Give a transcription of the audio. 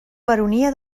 baronia